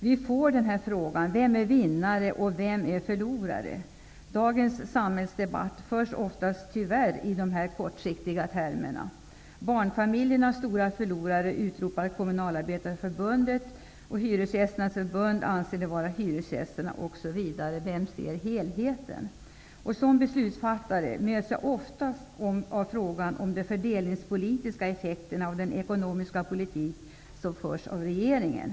Vi får ofta frågan: Vem är vinnare, och vem är förlorare? Dagens samhällsdebatt förs oftast, tyvärr, i dessa kortsiktiga termer. Kommunalarbetarförbundet utropar att barnfamiljerna är de stora förlorarna. Hyresgästernas förbund anser att det är hyresgästerna, osv. Vem ser helheten? I min egenskap av beslutsfattare möts jag oftast av frågor om de fördelningspolitiska effekterna och den ekonomiska politiken som förs av regeringen.